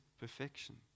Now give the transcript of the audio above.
perfection